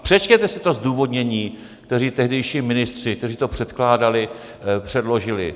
Přečtěte si to zdůvodnění, které tehdejší ministři, kteří to předkládali, předložili.